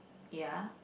ya